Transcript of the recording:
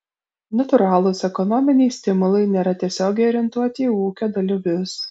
natūralūs ekonominiai stimulai nėra tiesiogiai orientuoti į ūkio dalyvius